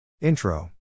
Intro